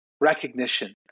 recognition